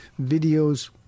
videos